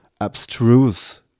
abstruse